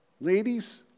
ladies